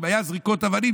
אם היו זריקות אבנים,